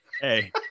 Hey